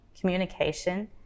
communication